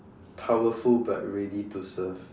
powerful but ready to serve